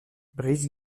brice